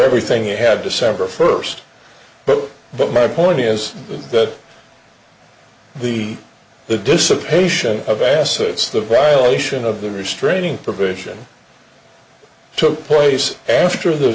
everything he had december first but but my point is that the the dissipate of assets the violation of the restraining provision took place after the